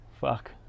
Fuck